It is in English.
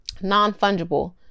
non-fungible